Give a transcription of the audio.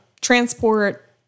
transport